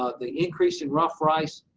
ah the increase in rough rice,